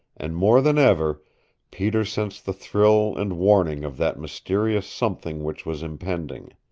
and more than ever peter sensed the thrill and warning of that mysterious something which was impending.